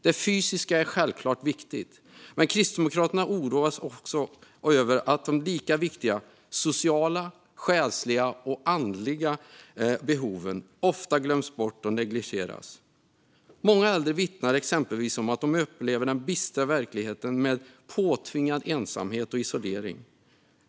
Det fysiska är självklart viktigt, men Kristdemokraterna oroas också över att de lika viktiga sociala, själsliga och andliga behoven ofta glöms bort eller negligeras. Många äldre vittnar exempelvis om att de upplever den bistra verkligheten med påtvingad ensamhet och isolering.